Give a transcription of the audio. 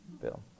Bill